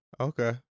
Okay